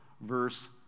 verse